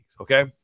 okay